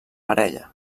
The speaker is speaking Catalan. parella